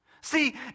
See